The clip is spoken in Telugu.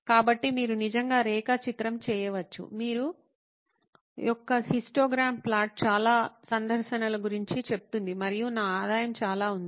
కాబట్టి మీరు నిజంగా రేఖాచిత్రం చేయవచ్చు మీ యొక్క హిస్టోగ్రామ్ ప్లాట్ చాలా సందర్శనల గురించి చెప్తుంది మరియు నా ఆదాయం చాలా ఉంది